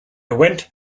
went